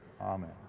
Amen